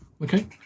Okay